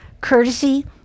Courtesy